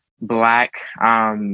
black